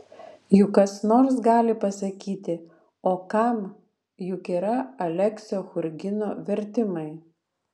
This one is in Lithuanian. juk kas nors gali pasakyti o kam juk yra aleksio churgino vertimai